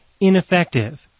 ineffective